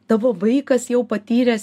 tavo vaikas jau patyręs